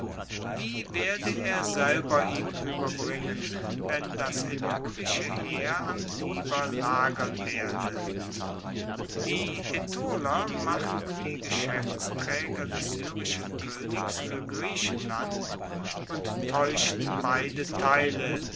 die werde er selber ihm ueberbringen wenn das aetolische heer am tiber lagern werde die aetoler machten die geschaeftstraeger des syrischen koenigs fuer griechenland und taeuschten beide teile